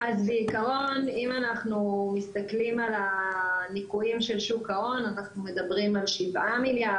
אם אנחנו מסתכלים על הניכויים של שוק ההון אנחנו מדברים על 7 מיליארד,